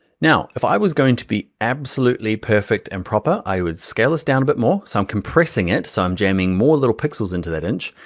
now, if i was going to be absolutely perfect and proper, i would scale this down a bit more. so i'm compressing it. so i'm jamming more little pixels into that inch.